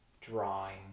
drawing